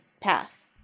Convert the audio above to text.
path